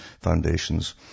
foundations